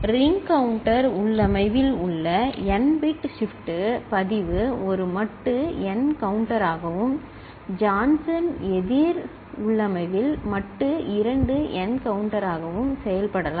ring counter உள்ளமைவில் உள்ள n bit shift பதிவு ஒரு மட்டு என் கவுண்டராகவும் ஜான்சன் எதிர் உள்ளமைவில் மட்டு 2 என் கவுண்டராகவும் செயல்படலாம்